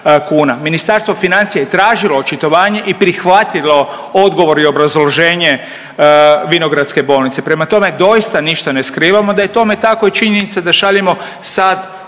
kuna. Ministarstvo financija je i tražilo očitovanje i prihvatilo odgovor i obrazloženje Vinogradske bolnice. Prema tome, doista ništa ne skrivamo. Da je to me tako je činjenica da šaljemo sad